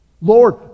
Lord